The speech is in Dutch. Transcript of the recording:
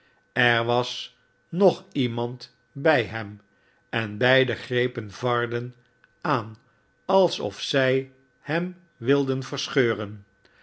er was nog iemand bij hem en beiden grepen varden aan alsof zij hem wilden verscheuren